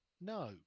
no